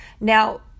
Now